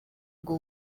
ngo